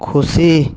ᱠᱷᱩᱥᱤ